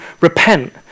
repent